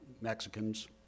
Mexicans